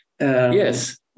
Yes